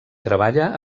treballa